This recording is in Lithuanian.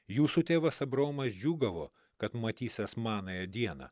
jūsų tėvas abraomas džiūgavo kad matysiąs manąją dieną